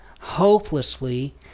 Hopelessly